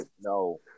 no